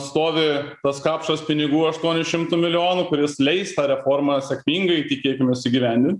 stovi tas kapšas pinigų aštuonių šimtų milijonų kuris leis tą reformą sėkmingai tikėkimės įgyvendint